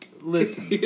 Listen